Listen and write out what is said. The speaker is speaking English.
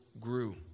grew